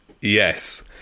Yes